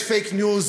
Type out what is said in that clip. יש fake news.